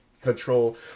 control